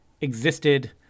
existed